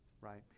right